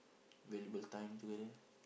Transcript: valuable time together